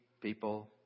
people